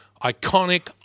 iconic